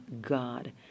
God